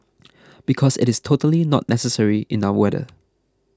because it is totally not necessary in our weather